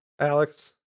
Alex